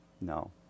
No